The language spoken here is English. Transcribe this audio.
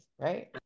right